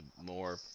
more